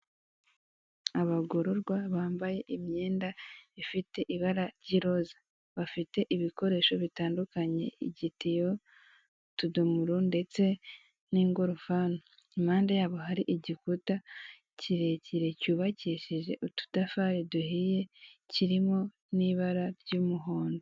Abagororwa bambaye imyenda ifite ibara ry'iroza bafite ibikoresho bitandukanye igitiyo, utudomoro ndetse n'ingorofani. Impande yabo hari igikuta kirekire cyubakishije udutafari duhiye kirimo n'ibara ry'umuhondo.